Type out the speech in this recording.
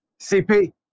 CP